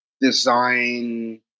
design